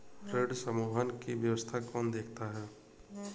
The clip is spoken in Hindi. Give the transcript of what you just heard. ऋण समूहन की व्यवस्था कौन देखता है?